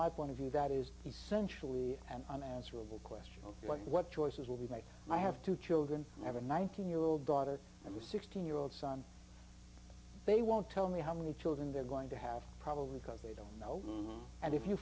my point of view that is essentially an unanswerable question of like what choices will be made i have two children i have a nineteen year old daughter and a sixteen year old son they won't tell me how many children they're going to have probably because they don't know and if you